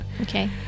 Okay